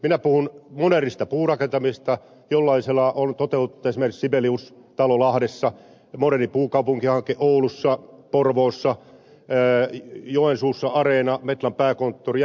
minä puhun modernista puurakentamisesta jollaisella on toteutettu esimerkiksi sibeliustalo lahdessa moderni puukaupunkihanke oulussa porvoossa joensuussa areena metlan pääkonttori ja niin edelleen